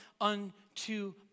unto